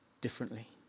differently